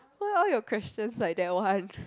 why all your questions like that one